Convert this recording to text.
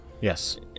Yes